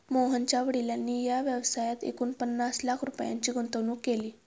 मोहनच्या वडिलांनी या व्यवसायात एकूण पन्नास लाख रुपयांची गुंतवणूक केली